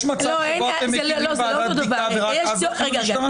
יש מצב שבו אתם מקימים ועדת בדיקה ורק אז הולכים למשטרה?